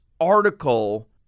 article